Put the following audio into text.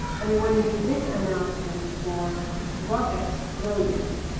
and we wanna do this analysis for robert williams.